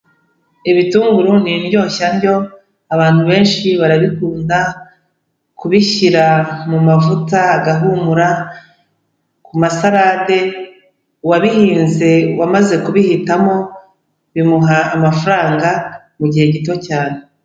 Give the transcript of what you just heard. Ibitunguru ni indyoshya ndyo abantu benshi barabikunda kubishyira mu mavuta agahumura, ku masarrade, uwabihinze wamaze kubihitamo bimuha amafaranga mu gihe gito cyane.